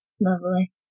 Lovely